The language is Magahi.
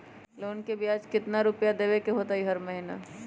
लोन के ब्याज कितना रुपैया देबे के होतइ हर महिना?